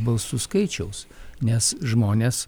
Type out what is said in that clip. balsų skaičiaus nes žmonės